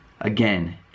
Again